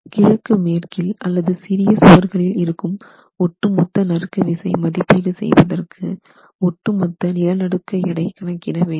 கிழக்கு மேற்கில் அல்லது சிறிய சுவர்களில் இருக்கும் ஒட்டு மொத்த நறுக்கு விசை மதிப்பீடு செய்வதற்கு ஒட்டுமொத்த நிலநடுக்க எடை கணக்கிட வேண்டும்